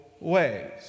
ways